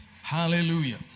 Hallelujah